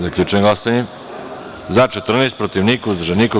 Zaključujem glasanje: za – 14, protiv – niko, uzdržan – niko.